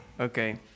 Okay